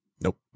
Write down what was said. Nope